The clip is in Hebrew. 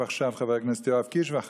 עכשיו חבר הכנסת יואב קיש, ואחריו,